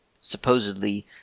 supposedly